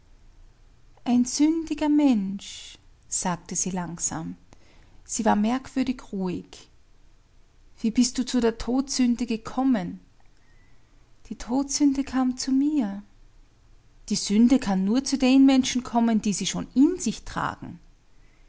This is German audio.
ein sündiger mensch sagte sie langsam sie war merkwürdig ruhig wie bist du zu der todsünde gekommen die todsünde kam zu mir die sünde kann nur zu den menschen kommen die sie schon in sich tragen